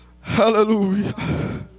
hallelujah